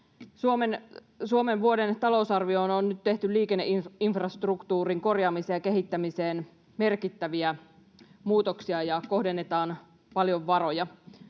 Suomen vuoden talousarvioon on nyt tehty liikenneinfrastruktuurin korjaamiseen ja kehittämiseen merkittäviä muutoksia ja kohdennetaan paljon varoja.